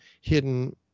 hidden